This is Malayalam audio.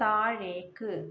താഴേക്ക്